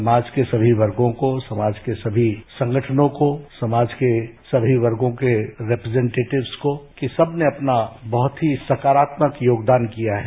समाज के सभी वर्गों को समाज के सभी संगठनों को समाज के सभी वर्गों के रेप्रेसेन्टेटिवस को इन सब ने अपना बहुत ही सकारात्मक योगदान किया है